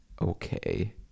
okay